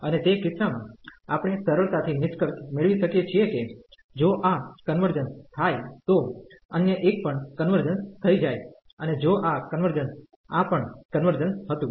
અને તે કિસ્સામાં આપણે સરળતાથી નિષ્કર્ષ મેળવી શકીએ છીએ કે જો આ કન્વર્જન્સ થાય તો અન્ય એક પણ કન્વર્જન્સ થઈ જાય અને જો આ કન્વર્જન્સ આ પણ કન્વર્જન્સ હતું